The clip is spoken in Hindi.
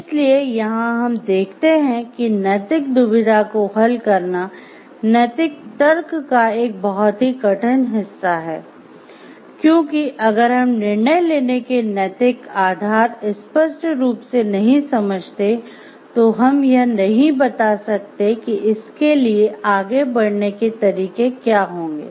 इसलिए यहाँ हम देखते हैं कि नैतिक दुविधा को हल करना नैतिक तर्क का एक बहुत ही कठिन हिस्सा है क्योंकि अगर हम निर्णय लेने के नैतिक आधार स्पष्ट रूप से नहीं समझते तो हम यह नहीं बता सकते कि इसके लिए आगे बढ़ने के तरीके क्या होंगे